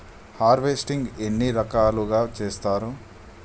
Harvesting ఎన్ని రకాలుగా చేస్తరు?